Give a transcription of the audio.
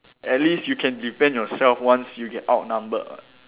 at least you can defend yourself once you get outnumbered [what]